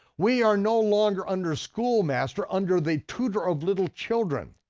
we are no longer under schoolmaster, under the tutor of little children.